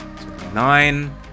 Nine